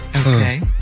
Okay